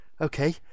okay